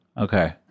Okay